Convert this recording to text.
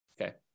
Okay